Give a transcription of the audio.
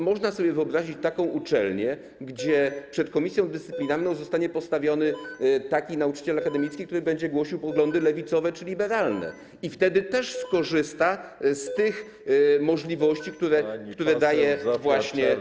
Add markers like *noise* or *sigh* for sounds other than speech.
Można sobie wyobrazić taką uczelnię, gdzie *noise* przed komisją dyscyplinarną zostanie postawiony taki nauczyciel akademicki, który będzie głosił poglądy lewicowe czy liberalne i wtedy też skorzysta z możliwości, które daje ten pakiet wolności.